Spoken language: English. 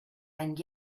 and